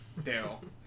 Daryl